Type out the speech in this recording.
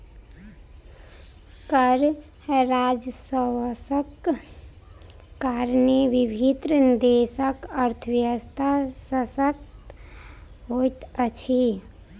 कर राजस्वक कारणेँ विभिन्न देशक अर्थव्यवस्था शशक्त होइत अछि